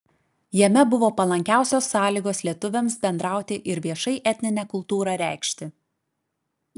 jame buvo palankiausios sąlygos lietuviams bendrauti ir viešai etninę kultūrą reikšti